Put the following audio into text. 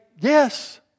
yes